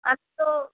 আজ তো